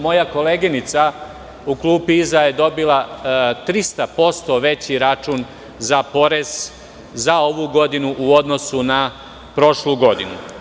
Moja koleginica u klupi iza je dobila 300% veći račun za porez za ovu godinu u odnosu na prošlu godinu.